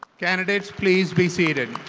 candidates, please be seated.